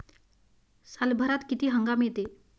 सालभरात किती हंगाम येते?